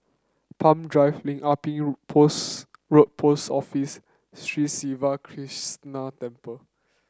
Palm Drive Lim Ah Pin Post Road Post Office and Sri Siva Krishna Temple